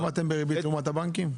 בכמה ריבית אתם לעומת הבנקים?